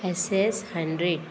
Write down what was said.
S S hundred